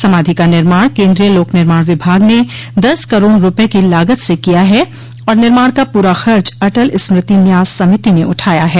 समाधि का निर्माण केन्द्रीय लोक निर्माण विभाग ने दस करोड़ रुपये की लागत से किया है और निर्माण का पूरा खर्च अटल स्मृति न्यास समिति ने उठाया है